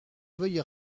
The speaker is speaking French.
veuille